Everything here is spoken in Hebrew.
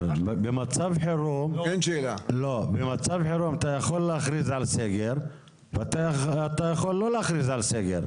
במצב חירום אתה יכול להכריז על סגר ואתה יכול לא להכריז על סגר.